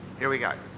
here we go.